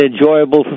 enjoyable